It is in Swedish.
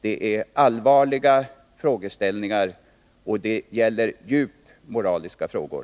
Detta är allvarliga påpekanden, och det gäller djupt moraliska frågor.